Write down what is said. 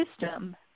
system